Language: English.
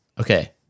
okay